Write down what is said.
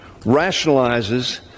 rationalizes